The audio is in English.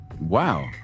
Wow